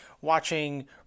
watching